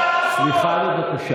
אבל בכל אופן,